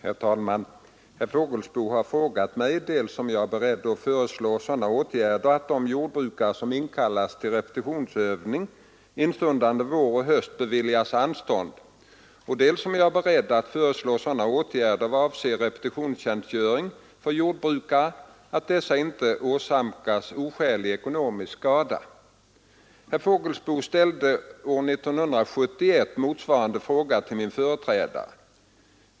Herr talman! Herr Fågelsbo har frågat mig dels om jag är beredd att föreslå sådana åtgärder att de jordbrukare som inkallats till repetitionsövning instundande vår och höst beviljas anstånd, dels om jag är beredd att föreslå sådana åtgärder vad avser repetitionstjänstgöring för jordbrukare att dessa inte åsamkas oskälig ekonomisk skada. Herr Fågelsbo ställde år 1971 motsvarande fråga till min företrädare.